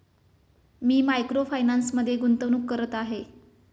मी micro फायनान्समध्ये गुंतवणूक करत आहे